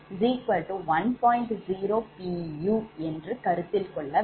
𝑢 என்று கருத்தில் கொள்ள வேண்டும்